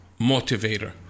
motivator